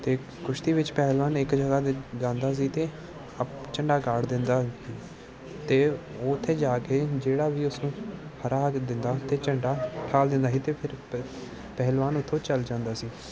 ਅਤੇ ਕੁਸ਼ਤੀ ਵਿੱਚ ਪਹਿਲਵਾਨ ਇੱਕ ਜਗ੍ਹਾ 'ਤੇ ਜਾਂਦਾ ਸੀ ਅਤੇ ਅਪ ਝੰਡਾ ਗਾਡ ਦਿੰਦਾ ਅਤੇ ਉੱਥੇ ਜਾ ਕੇ ਜਿਹੜਾ ਵੀ ਉਸਨੂੰ ਹਰਾ ਕੇ ਦਿੰਦਾ ਅਤੇ ਝੰਡਾ ਅਤੇ ਫਿਰ ਪਹਿਲਵਾਨ ਉੱਥੋਂ ਚਲਾ ਜਾਂਦਾ ਸੀ